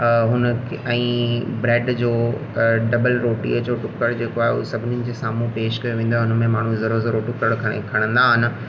हुन खे ऐं ब्रेड जो ढॿल रोटीअ जो टुकड़ जेको आहे उहा सभिनी जे साम्हूं पेश कयो वेंदा आहिनि उन में माण्हू ज़रा ज़रा सो टुकड़ु खणंदा आहिनि